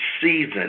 season